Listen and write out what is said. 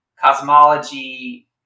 cosmology